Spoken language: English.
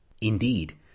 Indeed